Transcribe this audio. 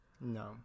No